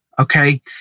okay